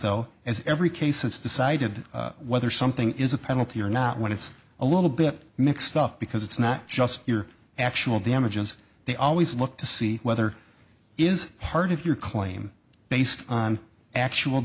though as every case it's decided whether something is a penalty or not when it's a little bit mixed up because it's not just your actual damages they always look to see whether it is part of your claim based on actual